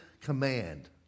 command